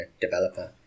developer